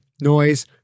noise